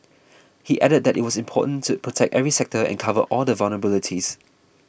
he added that it was important to protect every sector and cover all the vulnerabilities